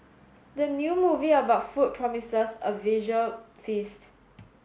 the new movie about food promises a visual feast